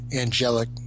angelic